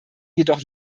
jedoch